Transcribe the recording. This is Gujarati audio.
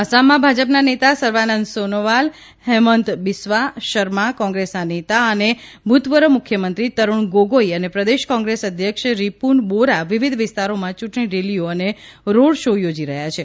આસામમાં ભાજપના નેતા સર્વાનંદ સોનોવાલ હેમંત બિસ્વા શર્મા કોંગ્રેસના નેતા અને ભૂતપૂર્વ મુખ્યમંત્રી તરુણ ગોગોઈ અને પ્રદેશ કોંગ્રેસ અધ્યક્ષ રીપુન બોરા વિવિધ વિસ્તારોમાં ચૂંટણી રેલીઓ અને રોડ શો યોજી રહ્યા છે